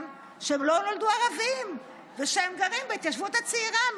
הוא שהם לא נולדו ערבים ושהם גרים בהתיישבות הצעירה.